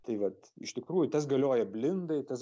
tai vat iš tikrųjų tas galioja blindai tas